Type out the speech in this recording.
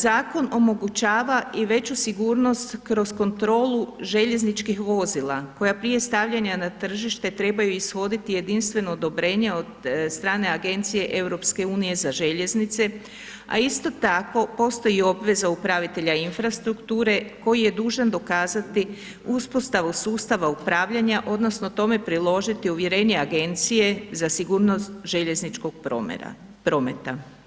Zakon omogućava i veću sigurnost kroz kontrolu željezničkih vozila koja prije stavljanja na tržište trebaju ishoditi jedinstveno odobrenje od strane Agencije EU za željeznice, a isto tako postoji obveza upravitelja infrastrukture koji je dužan dokazati uspostavu sustava upravljanja odnosno tome priložiti uvjerenje Agencije za sigurnost željezničkog prometa.